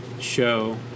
show